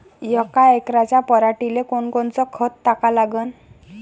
यका एकराच्या पराटीले कोनकोनचं खत टाका लागन?